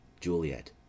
juliet